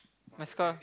must call